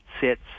sits